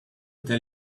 tell